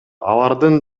алардын